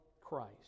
Christ